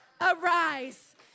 arise